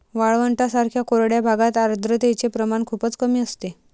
वाळवंटांसारख्या कोरड्या भागात आर्द्रतेचे प्रमाण खूपच कमी असते